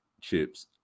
chips